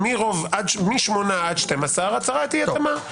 מ-8 עד 12 הצהרת אי התאמה.